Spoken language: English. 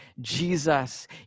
jesus